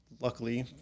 luckily